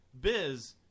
Biz